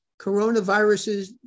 coronaviruses